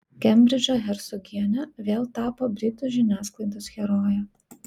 kembridžo hercogienė vėl tapo britų žiniasklaidos heroje